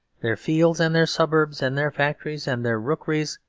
their fields and their suburbs and their factories and their rookeries,